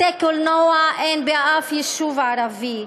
בתי-קולנוע אין בשום יישוב ערבי.